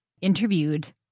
interviewed